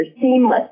seamless